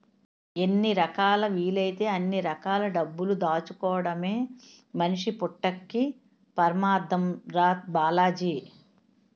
ఎన్ని రకాలా వీలైతే అన్ని రకాల డబ్బులు దాచుకోడమే మనిషి పుట్టక్కి పరమాద్దం రా బాలాజీ